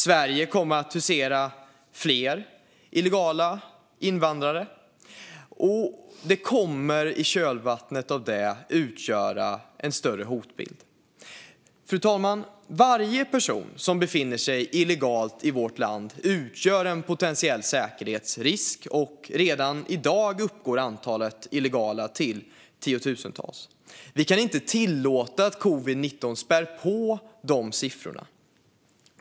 Sverige kommer att hysa fler illegala invandrare, och i kölvattnet av det kommer vi att få en större hotbild. Fru talman! Varje person som befinner sig illegalt i vårt land utgör en potentiell säkerhetsrisk. Redan i dag uppgår antalet illegala till tiotusental. Vi kan inte tillåta att covid-19 spär på de siffrorna.